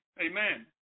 Amen